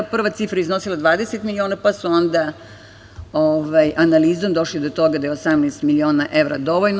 Prva cifra je iznosila 20 miliona, pa su onda analizom došli do toga da je 18 miliona evra dovoljno.